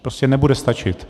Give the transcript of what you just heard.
Prostě nebude stačit.